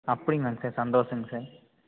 அப்படிங்களா சார் சந்தோஷங்க சார்